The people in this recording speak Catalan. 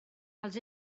els